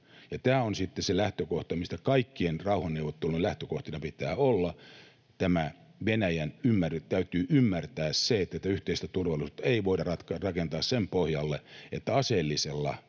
Tämä on sitten se lähtökohta, minkä kaikkien rauhanneuvottelujen lähtökohtana pitää olla. Venäjän täytyy ymmärtää, että tätä yhteistä turvallisuutta ei voida rakentaa sen pohjalle, että aseellisella